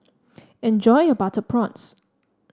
enjoy your Butter Prawns